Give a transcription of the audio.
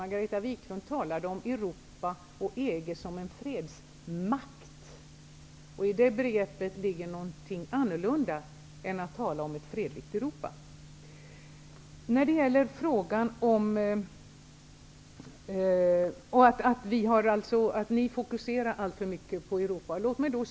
Margareta Viklund talade om Europa och EG såsom en fredsmakt. I detta begrepp ligger något annat än talet om ett fredligt Europa. Ni fokuserar alltför mycket på Europa.